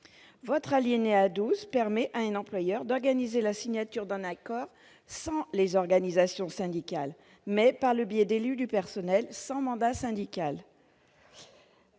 L'alinéa 12 permet à un employeur d'organiser la signature d'un accord sans les organisations syndicales, mais par le biais d'élus du personnel sans mandat syndical.